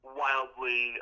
wildly